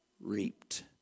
reaped